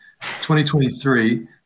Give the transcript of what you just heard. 2023